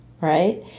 right